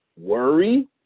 worry